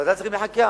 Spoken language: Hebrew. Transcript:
ועדת השרים לחקיקה